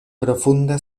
profunda